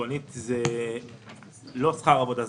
זה לא שכר עבודה.